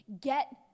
Get